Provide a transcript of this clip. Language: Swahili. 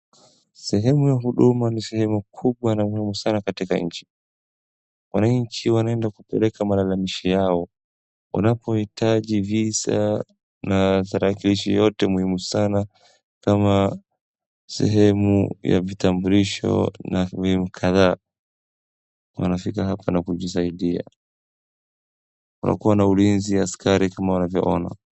Sehemu ya huduma ni sehemu kubwa na muhimu sana katika nchi. Wananchi wanaenda kupeleka malalamishi yao wanapoitaji visa na salakilishi yote muhimu sana, kama sehumu ya vitambulisho na muhimu kadhaa. Wanafika hapa na kujisaindia. Kunakuwa na ulinzi, askari kama unavyoona.